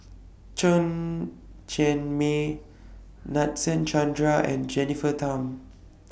Chen Cheng Mei Nadasen Chandra and Jennifer Tham